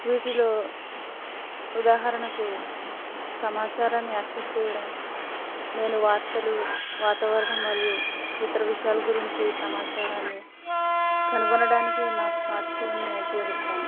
వీటిలో ఉదాహరణకు సమాచారాన్ని యాక్సెస్ చేయడం నేను వార్తలు వాతావరణం మరియు ఇతర విషయాల గురించి సమాచారాన్ని కనుగొనడానికి నా స్మార్ట్ ఫోన్ను ఉపయోగిస్తాను